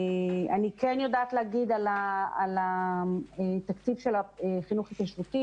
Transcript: אני כן יודעת להגיד על התקציב של החינוך ההתיישבותי,